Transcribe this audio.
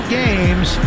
games